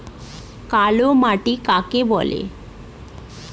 কালো মাটি কাকে বলে?